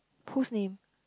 whose name